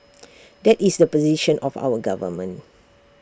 that is the position of our government